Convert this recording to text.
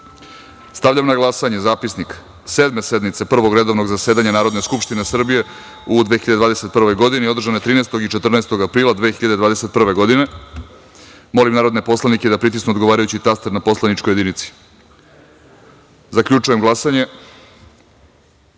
na glasanje zapisnik Sedme sednice Prvog redovnog zasedanja Narodne skupštine Republike Srbije u 2021. godini, održane 13. i 14. aprila 2021. godine. Molim narodne poslanike da pritisnu odgovarajući taster na poslaničkoj jedinici. Zaključujem glasanje: